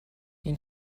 این